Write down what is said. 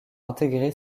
intégrer